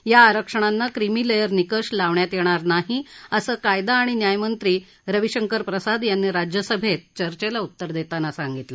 या आरक्षणांना क्रिमिलेअर निकष लावण्यात येणार नाही असं कायदा आणि न्यायमंत्री रविशंकर प्रसाद यांनी राज्यसभेत चर्चेला उत्तर देताना सांगितलं